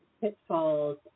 pitfalls